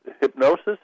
hypnosis